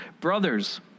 brothers